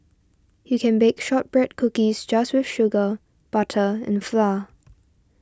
you can bake Shortbread Cookies just with sugar butter and flour